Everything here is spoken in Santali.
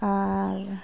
ᱟᱨ